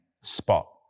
spot